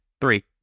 three